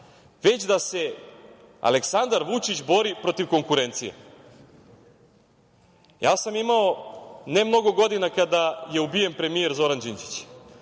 već da se Aleksandar Vučić bori protiv konkurencije. Imao sam ne mnogo godina kada je ubijen premijer Zoran Đinđić,